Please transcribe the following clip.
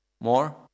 more